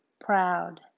Proud